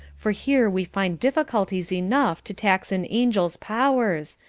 for here we find difficulties enough to tax an angel's powers,